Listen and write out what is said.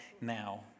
now